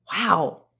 Wow